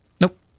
Nope